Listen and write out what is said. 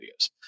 videos